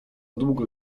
długo